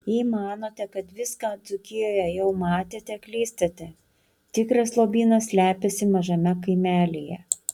jei manote kad viską dzūkijoje jau matėte klystate tikras lobynas slepiasi mažame kaimelyje